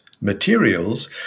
materials